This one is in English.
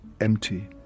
empty